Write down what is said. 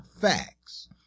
facts